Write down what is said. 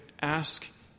ask